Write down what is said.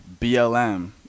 blm